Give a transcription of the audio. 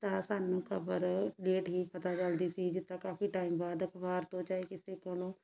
ਤਾਂ ਸਾਨੂੰ ਖਬਰ ਲੇਟ ਹੀ ਪਤਾ ਚੱਲਦੀ ਸੀ ਜਿੱਦਾਂ ਕਾਫੀ ਟਾਈਮ ਬਾਅਦ ਅਖਬਾਰ ਤੋਂ ਚਾਹੇ ਕਿਸੇ ਕੋਲੋਂ